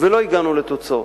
ולא הגענו לתוצאות.